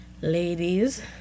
ladies